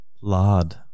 Lard